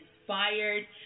Inspired